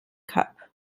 cup